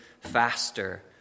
faster